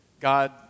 God